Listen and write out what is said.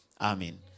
Amen